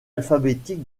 alphabétique